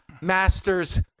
master's